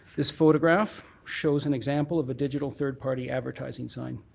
this photograph shows an example of a digital third party advertising sign.